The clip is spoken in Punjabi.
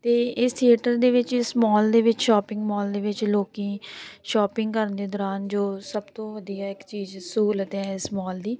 ਅਤੇ ਇਸ ਥੀਏਟਰ ਦੇ ਵਿੱਚ ਇਸ ਮਾਲ ਦੇ ਵਿੱਚ ਸ਼ੋਪਿੰਗ ਮਾਲ ਦੇ ਵਿੱਚ ਲੋਕ ਸ਼ੋਪਿੰਗ ਕਰਨ ਦੇ ਦੌਰਾਨ ਜੋ ਸਭ ਤੋਂ ਵਧੀਆ ਇੱਕ ਚੀਜ਼ ਸਹੂਲਤ ਹੈ ਇਸ ਮਾਲ ਦੀ